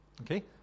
Okay